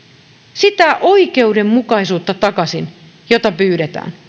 sitä oikeudenmukaisuutta takaisin jota pyydetään